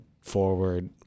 forward